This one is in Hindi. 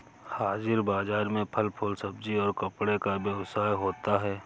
हाजिर बाजार में फल फूल सब्जी और कपड़े का व्यवसाय होता है